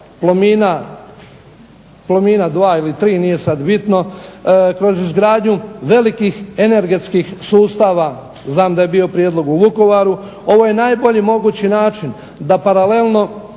Plomina dva ili tri nije sad bitno, kroz izgradnju velikih energetskih sustava. Znam da je bio prijedlog u Vukovaru. Ovo je najbolji mogući način da paralelno